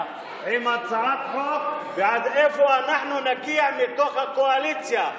עם הצעת חוק ועד איפה אנחנו נגיע מתוך הקואליציה.